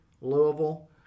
Louisville